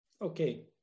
Okay